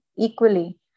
equally